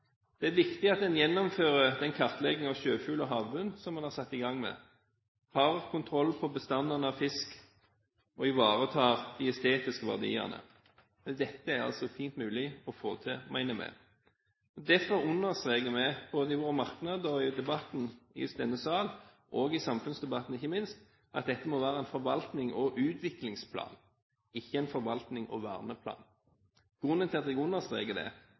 Det er viktig at en gjennomfører den kartleggingen av sjøfugl og havbunnen som en har satt i gang med, har kontroll på bestanden av fisk og ivaretar de estetiske verdiene. Dette er det altså fint mulig å få til, mener vi. Derfor understreker vi både i vår merknad, i debatten i denne sal og i samfunnsdebatten, ikke minst, at dette må være en forvaltnings- og utviklingsplan, ikke en forvaltnings- og verneplan. Grunnen til at jeg understreker det,